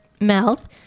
mouth